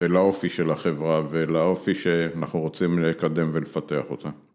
ולאופי של החברה ולאופי שאנחנו רוצים לקדם ולפתח אותה.